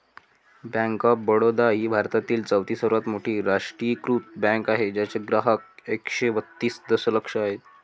bank of Baroda ही भारतातील चौथी सर्वात मोठी राष्ट्रीयीकृत बँक आहे ज्याचे ग्राहक एकशे बत्तीस दशलक्ष आहेत